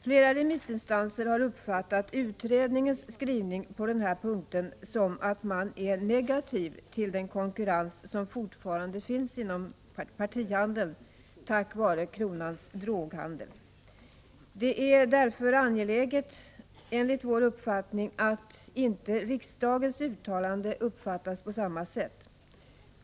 Flera remissinstanser har uppfattat utredningens skrivning på den här punkten som att man är negativ till den konkurrens som fortfarande finns inom partihandeln tack vare Kronans Droghandel. Det är därför enligt vår uppfattning angeläget att inte riksdagens uttalande uppfattas på samma sätt.